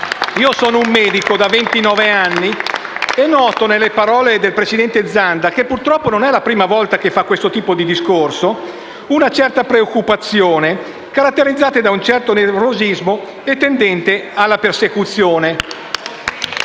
Io sono medico da ventinove anni e noto nelle parole del presidente Zanda, che purtroppo non è la prima volta che fa questo tipo di discorso, una certa preoccupazione, caratterizzata da un certo nervosismo tendente alla persecuzione.